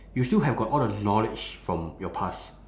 you still have got all the knowledge from your past